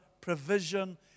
provision